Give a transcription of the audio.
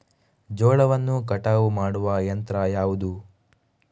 ಜೋಳವನ್ನು ಕಟಾವು ಮಾಡುವ ಯಂತ್ರ ಯಾವುದು?